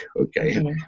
Okay